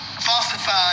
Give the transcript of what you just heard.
falsified